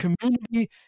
community